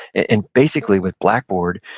and basically with blackboard,